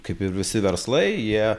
kaip ir visi verslai jie